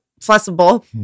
flexible